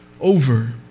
over